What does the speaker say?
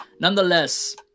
Nonetheless